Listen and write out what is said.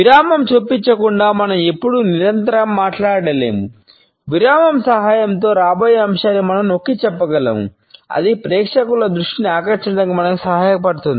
విరామం చొప్పించకుండా మనం ఎప్పుడూ నిరంతరం మాట్లాడలేము విరామం సహాయంతో రాబోయే అంశాన్ని మనం నొక్కిచెప్పగలము అది ప్రేక్షకుల దృష్టిని ఆకర్షించడానికి మనకు సహాయపడుతుంది